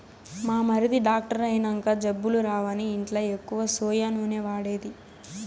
మా మరిది డాక్టర్ అయినంక జబ్బులు రావని ఇంట్ల ఎక్కువ సోయా నూనె వాడేది